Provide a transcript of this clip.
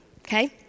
okay